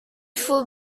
faut